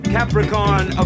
Capricorn